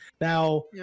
now